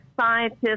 scientists